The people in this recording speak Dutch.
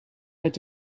uit